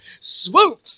swoop